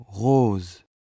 rose